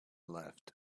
left